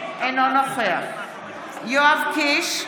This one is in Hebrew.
נוכחת מאיר פרוש, אינו נוכח יואב קיש,